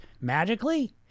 magically